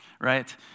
right